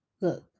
Look